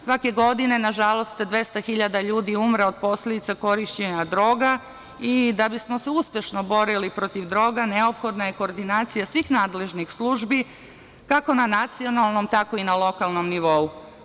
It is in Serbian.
Svake godine, nažalost, 200.000 ljudi umre od posledica korišćenja droga i da li bismo se uspešno borili protiv droga neophodna je koordinacija svih nadležnih službi kako na nacionalnom tako i na lokalnom nivou.